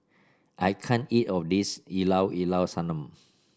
I can't eat of this Llao Llao Sanum